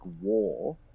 war